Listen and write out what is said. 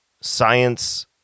science